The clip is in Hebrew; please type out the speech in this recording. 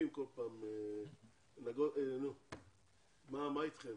מה איתכם?